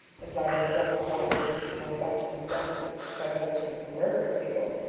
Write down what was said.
miss lavendar dropped her voice as if she were about to confess a predilection for murdering people,